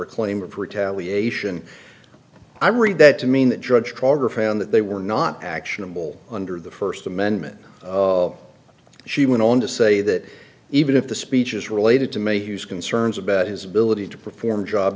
a claim of retaliation i read that to mean that judge progress found that they were not actionable under the first amendment she went on to say that even if the speech is related to mayhew's concerns about his ability to perform job